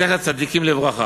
זכר צדיקים לברכה,